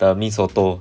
的 mee soto